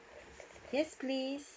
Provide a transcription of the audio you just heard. yes please